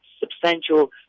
substantial